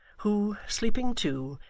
who, sleeping too,